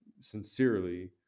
sincerely